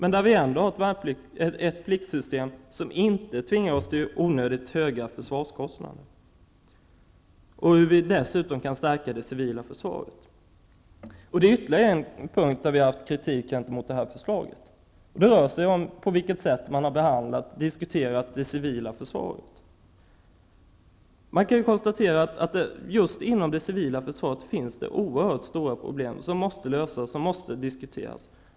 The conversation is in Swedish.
Vi har ju ändå ett pliktsystem som inte tvingar oss till onödigt höga försvarskostnader, och vi kan dessutom stärka det civila försvaret. Det finns ytterligare en punkt där vi har riktat kritik mot detta förslag. Det rör sig om det sätt på vilket man har behandlat det civila försvaret. Just inom det civila försvaret finns det oerhört stora problem som måste lösas och diskuteras.